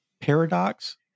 paradox